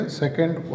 second